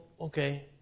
okay